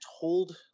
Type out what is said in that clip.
told